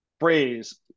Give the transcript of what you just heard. Phrase